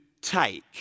take